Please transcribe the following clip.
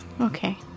Okay